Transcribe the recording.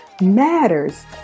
matters